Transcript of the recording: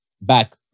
back